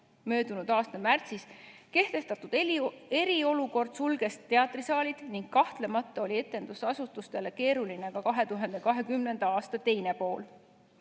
Möödunud aasta märtsis kehtestatud eriolukord sulges teatrisaalid ning kahtlemata oli etendusasutustele keeruline ka 2020. aasta teine pool.